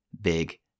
big